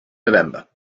november